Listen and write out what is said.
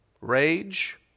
rage